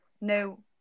no